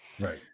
right